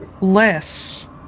Less